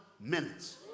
minutes